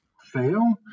fail